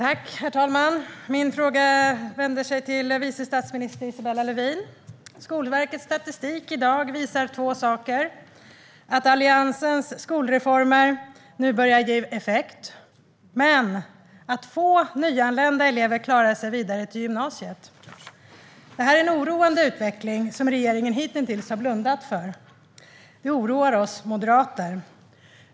Herr talman! Min fråga riktar sig till vice statsminister Isabella Lövin. Skolverkets statistik i dag visar två saker: att Alliansens skolreformer nu börjar ge effekt men att få nyanlända elever klarar sig vidare till gymnasiet. Detta är en oroande utveckling, som regeringen hittills har blundat för. Det oroar oss moderater.